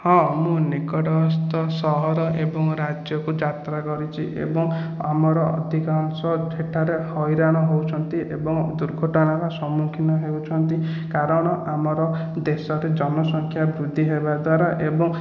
ହଁ ମୁଁ ନିକଟସ୍ଥ ସହର ଏବଂ ରାଜ୍ୟକୁ ଯାତ୍ରା କରିଛି ଏବଂ ଆମର ଅଧିକାଂଶ ସେଠାରେ ହଇରାଣ ହେଉଛନ୍ତି ଏବଂ ଦୁର୍ଘଟଣାର ସମ୍ମୁଖୀନ ହେଉଛନ୍ତି କାରଣ ଆମର ଦେଶରେ ଜନସଂଖ୍ୟା ବୃଦ୍ଧି ହେବା ଦ୍ୱାରା ଏବଂ